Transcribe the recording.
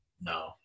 No